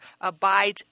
abides